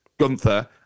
Gunther